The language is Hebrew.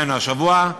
דהיינו השבוע,